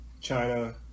China